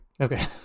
okay